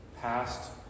past